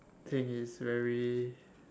think is very